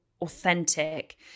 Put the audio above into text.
authentic